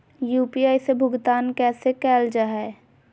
UPI से भुगतान कैसे कैल जहै?